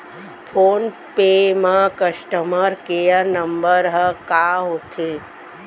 Phone पे म customer care number ह का होथे?